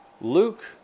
Luke